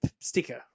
sticker